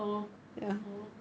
oh oh